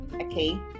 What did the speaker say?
okay